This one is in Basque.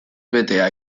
betea